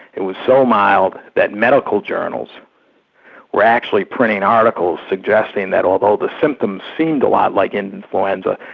it was so mild that medical journals were actually printing articles suggesting that although the symptoms seemed a lot like influenza,